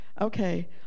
Okay